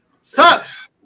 sucks